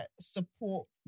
support